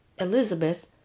Elizabeth